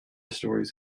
stories